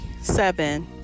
seven